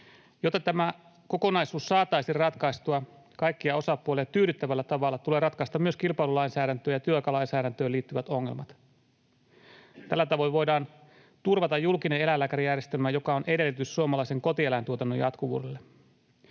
Jotta tämä kokonaisuus saataisiin ratkaistua kaikkia osapuolia tyydyttävällä tavalla, tulee ratkaista myös kilpailulainsäädäntöön ja työaikalainsäädäntöön liittyvät ongelmat. Tällä tavoin voidaan turvata julkinen eläinlääkärijärjestelmä, joka on edellytys suomalaisen kotieläintuotannon jatkuvuudelle.